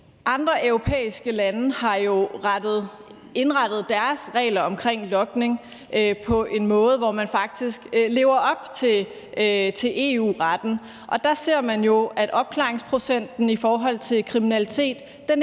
Andre europæiske lande har jo indrettet deres regler om logning på en måde, hvor man faktisk lever op til EU-retten. Der ser man jo, at opklaringsprocenten i forhold til kriminalitet